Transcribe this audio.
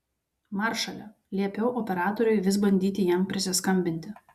maršale liepiau operatoriui vis bandyti jam prisiskambinti